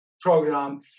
program